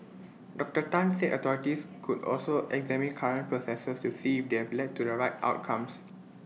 Doctor Tan said authorities could also examine current processes to see if they have led to the right outcomes